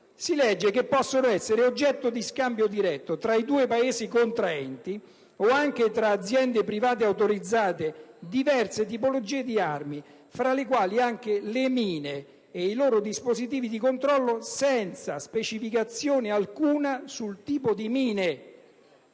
- dice che: «possono essere oggetto di scambio diretto tra i due Paesi contraenti o anche tra aziende private autorizzate diverse tipologie di armi, tra le quali anche le mine e i loro dispositivi di controllo», senza alcuna specificazione sul tipo di mina.